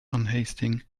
unhasting